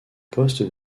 poste